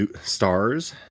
stars